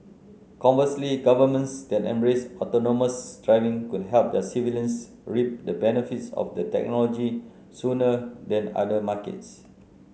conversely governments that embrace autonomous driving could help their civilians reap the benefits of the technology sooner than other markets